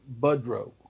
Budro